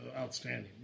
outstanding